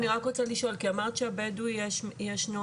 אני רק רוצה לשאול, כי אמרת שהבדואי יש נוהל.